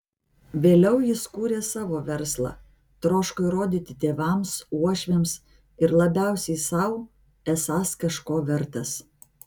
vėliau jis kūrė savo verslą troško įrodyti tėvams uošviams ir labiausiai sau esąs kažko vertas